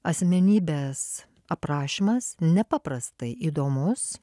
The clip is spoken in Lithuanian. asmenybės aprašymas nepaprastai įdomus